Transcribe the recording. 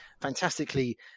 fantastically